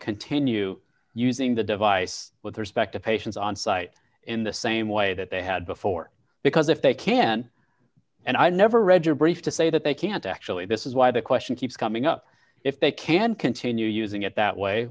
continue using the device with respect to patients on site in the same way that they had before because if they can and i never read your brief to say that they can't actually this is why the question keeps coming up if they can continue using it that way